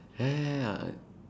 ya